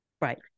Right